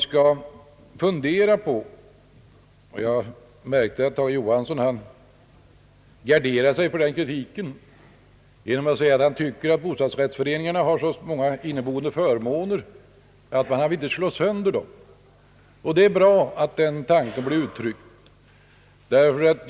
Herr Tage Johansson garderade sig mot kritik genom yttrandet att bostadsrättsföreningarna har så många inneboende fördelar att han vill slå sönder dessa föreningar. Det är bra att den tanken kommit till uttryck.